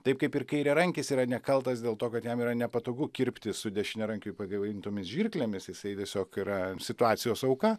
taip kaip ir kairiarankis yra nekaltas dėl to kad jam yra nepatogu kirpti su dešiniarankiui pagamintomis žirklėmis jisai tiesiog yra situacijos auka